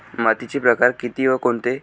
मातीचे प्रकार किती व कोणते?